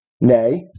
Nay